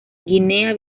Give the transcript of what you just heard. guinea